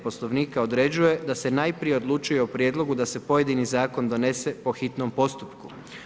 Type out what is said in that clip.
Poslovnika određuje da se najprije odlučuje o prijedlogu da se pojedini zakon donese po hitnom postupku.